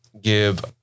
Give